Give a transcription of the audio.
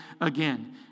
again